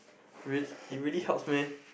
rea~ it really helps meh